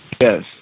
Yes